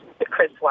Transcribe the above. Chris